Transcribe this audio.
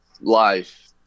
life